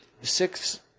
six